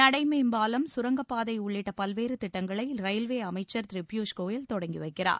நடைமேம்பாலம் கரங்கப் பாதை உள்ளிட்ட பல்வேறு திட்டங்களை ரயில்வே அமைச்சர் திரு பியூஷ் கோயல் தொடங்கி வைக்கிறார்